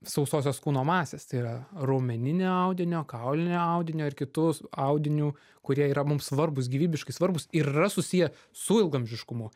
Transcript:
sausosios kūno masės tai yra raumeninio audinio kaulinio audinio kitus audinių kurie yra mums svarbūs gyvybiškai svarbūs ir yra susiję su ilgaamžiškumu